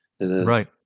Right